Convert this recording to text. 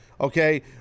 Okay